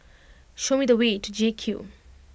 show me the way to J Cube